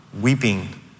weeping